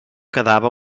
quedava